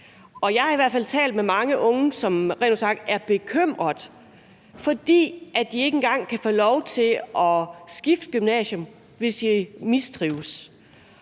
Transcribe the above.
Jeg har i hvert fald talt med mange unge, som rent ud sagt er bekymrede, fordi de ikke engang kan få lov til at skifte gymnasium, hvis de mistrives.